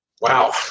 Wow